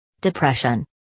depression